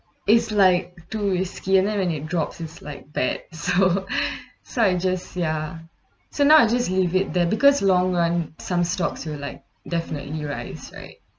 it's like too risky and then when it drop it's like dead so so I just ya so now I just leave it there because long run some stocks will like definitely rise right